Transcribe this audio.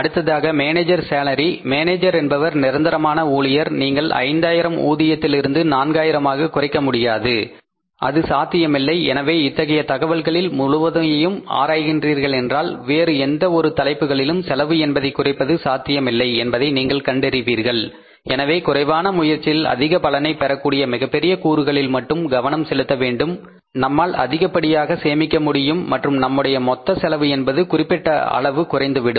அடுத்ததாக manager salary மேலாளர் என்பவர் நிரந்தரமான ஊழியர் நீங்கள் 5000 ஊதியத்திலிருந்து 4 ஆயிரமாக குறைக்க முடியாது அது சாத்தியமில்லை எனவே இத்தகைய தகவல்களில் முழுவதையும் ஆராய்கிண்டறீர்கள் என்றால் வேரு எந்த ஒரு தலைப்புகளிலும் செலவு என்பதை குறைப்பது சாத்தியமில்லை என்பதை நீங்கள் கண்டறிவீர்கள் எனவே குறைவான முயற்சியில் அதிக பலனை பெறக்கூடிய மிகப் பெரிய கூறுகளில் மட்டுமே கவனம் செலுத்த வேண்டும் நம்மால் அதிகப்படியாக சேமிக்க முடியும் மற்றும் நம்முடைய மொத்த செலவு என்பது குறிப்பிட்ட அளவு குறைந்துவிடும்